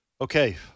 Okay